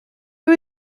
que